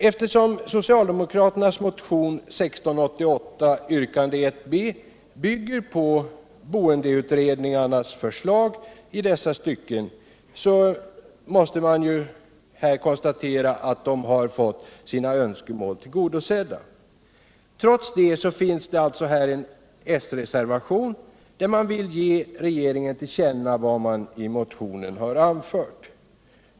Eftersom socialdemokraternas motion 1688 yrkande 1 b bygger på boendeutredningarnas förslag i dessa stycken, måste man här konstatera att de har fått sina önskemål tillgodosedda. Trots detta finns alltså här en s-reservation, där man vill ge regeringen till känna vad man i motionen har anfört.